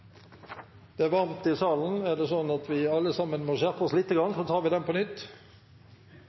er varmt i salen. Kanskje vi alle må skjerpe oss litt. Da tar vi voteringen på nytt.